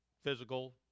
physical